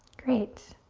great.